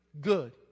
good